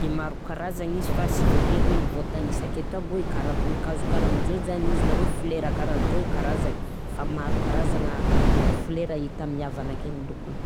de maro karazagna izy fa sy voatery ho voatanisa aketo aby hoe karaha voninkazo karanjô zany izy na hoe folera karanjô karaha zany fa maro karazagna folera hita amin'ny havagna akegny lokony.